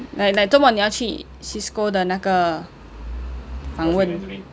like like 做莫你要去 CISCO 的那个访问